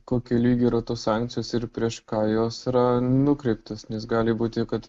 kokiu lygiu yra tos sankcijos ir prieš ką jos yra nukreiptos nes gali būti kad